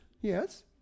yes